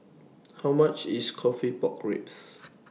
How much IS Coffee Pork Ribs